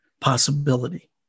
possibility